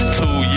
two